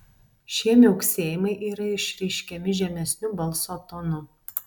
šie miauksėjimai yra išreiškiami žemesniu balso tonu